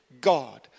God